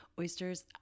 oysters